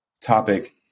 topic